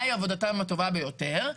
מהי עבודתם הטובה ביותר?